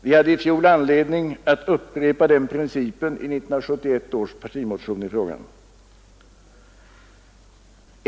Vi hade i fjol anledning att upprepa den principen i 1971 års partimotion i frågan.